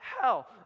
hell